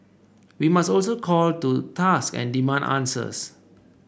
we must also call to task and demand answers